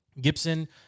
Gibson